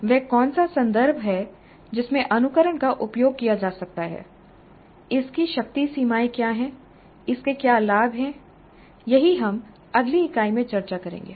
वह कौन सा संदर्भ है जिसमें अनुकरण का उपयोग किया जा सकता है इसकी शक्ति सीमाएँ क्या हैं इसके क्या लाभ हैं यही हम अगली इकाई में चर्चा करेंगे